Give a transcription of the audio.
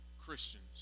Christians